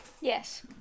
Yes